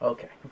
Okay